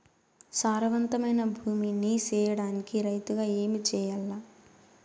సారవంతమైన భూమి నీ సేయడానికి రైతుగా ఏమి చెయల్ల?